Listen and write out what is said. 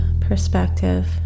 perspective